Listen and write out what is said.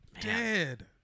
Dead